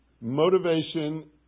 motivation